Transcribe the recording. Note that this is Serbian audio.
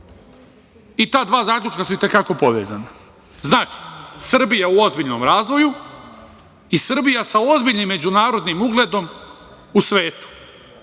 i ta dva zaključka su i te kako povezana. Znači, Srbija u ozbiljnom razvoju i Srbija sa ozbiljnim međunarodnim ugledom u svetu.